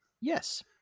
Yes